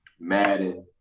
Madden